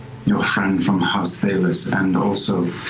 your friend from house thelyss and also,